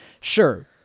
Sure